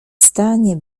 stanie